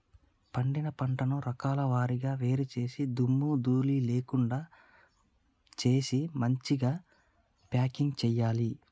పండిన పంటను రకాల వారీగా వేరు చేసి దుమ్ము ధూళి లేకుండా చేసి మంచిగ ప్యాకింగ్ చేయాలి